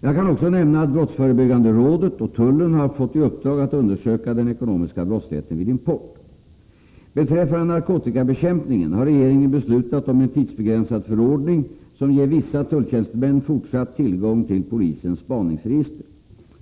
Jag kan också nämna att brottsförebyggande rådet och tullen har fått i uppdrag att undersöka den ekonomiska brottsligheten vid import. Beträffande narkotikabekämpningen har regeringen beslutat om en tidsbegränsad förordning som ger vissa tulltjänstemän fortsatt tillgång till polisens spaningsregister.